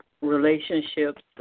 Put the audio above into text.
relationships